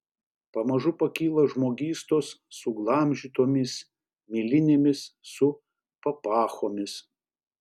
pamažu pakyla žmogystos suglamžytomis milinėmis su papachomis